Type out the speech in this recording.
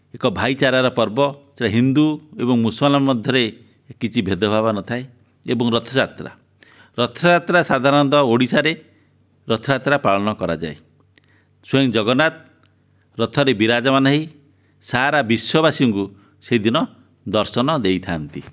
ଏକ ଭାଇଚାରାର ପର୍ବ ସେଇଟା ହିନ୍ଦୁ ଏବଂ ମୁସଲମାନ ମଧ୍ୟରେ କିଛି ଭେଦ ଭାବ ନଥାଏ ଏବଂ ରଥଯାତ୍ରା ରଥଯାତ୍ରା ସାଧାରଣତଃ ଓଡ଼ିଶାରେ ରଥଯାତ୍ରା ପାଳନ କରାଯାଏ ସ୍ଵୟଂ ଜଗନ୍ନାଥ ରଥରେ ବିରାଜମାନ ହୋଇ ସାରା ବିଶ୍ୱବାସୀଙ୍କୁ ସେହି ଦିନ ଦର୍ଶନ ଦେଇଥାନ୍ତି